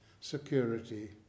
security